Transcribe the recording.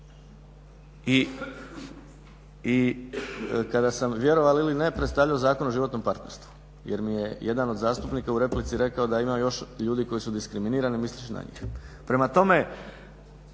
i kada sam, vjerovali ili ne, predstavljao Zakon o životnom partnerstvu jer mi je jedan od zastupnika u replici rekao da ima još ljudi koji su diskriminirani misleći na njih. Prema tome